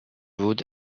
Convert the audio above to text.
wood